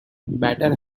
better